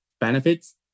benefits